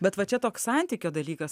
bet va čia toks santykio dalykas